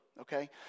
okay